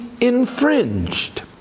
infringed